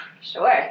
Sure